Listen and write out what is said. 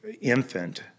infant